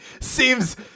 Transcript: seems